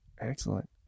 Excellent